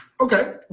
Okay